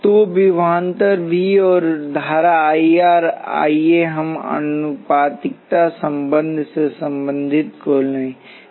तो विभवांतर V और धारा I R आइए हम आनुपातिकता संबंध से संबंधित को लें